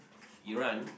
Iran